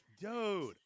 Dude